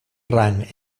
rang